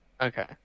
Okay